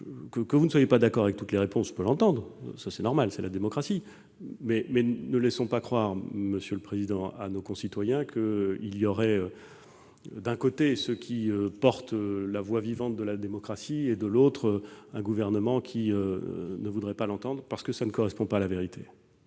Que vous ne soyez pas d'accord avec toutes les réponses, je peux l'entendre, c'est normal, c'est la démocratie ; mais ne laissons pas croire, monsieur le président Éblé, à nos concitoyens qu'il y aurait, d'un côté, ceux qui portent la voix vivante de la démocratie et, de l'autre, un gouvernement qui ne voudrait pas l'entendre, parce que cela ne correspond pas à la vérité.